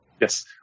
Yes